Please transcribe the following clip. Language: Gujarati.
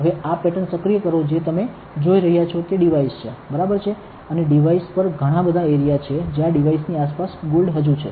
હવે આ પેટર્ન સક્રિય કરો જે તમે જોઈ રહ્યાં છો તે ડિવાઇસ છે બરાબર છે અને ડિવાઇસ પર ઘણા બધા એરિયા છે જ્યાં ડિવાઇસની આસપાસ ગોલ્ડ હજી છે